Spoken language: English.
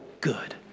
good